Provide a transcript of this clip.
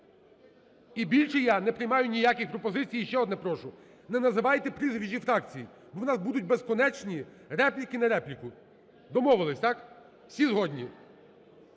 і більше я не приймаю ніяких пропозицій. І ще одне прошу, не називайте прізвищ і фракцій. бо в нас будуть безкінечні репліки на репліку. Домовились, так, всі згодні?